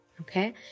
okay